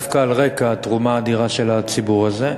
דווקא על רקע התרומה האדירה של הציבור הזה,